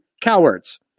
cowards